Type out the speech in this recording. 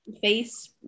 face